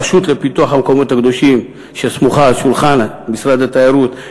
הרשות לפיתוח המקומות הקדושים שסמוכה על שולחן משרד התיירות,